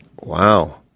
Wow